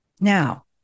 Now